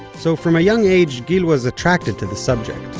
so from a young age, gil was attracted to the subject.